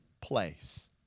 place